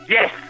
Yes